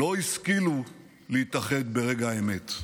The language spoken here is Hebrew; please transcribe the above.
לא השכילו להתאחד ברגע האמת.